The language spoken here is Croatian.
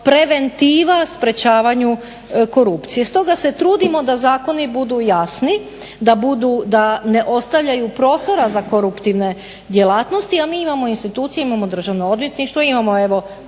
preventiva sprečavanju korupcije. Stoga se trudimo da zakoni budu jasni, da ne ostavljaju prostora za koruptivne djelatnosti, a mi imamo institucije, imamo Državno odvjetništvo, imamo evo